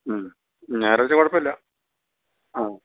മ് വേറൊരു കുഴപ്പമില്ല ആം